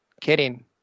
Kidding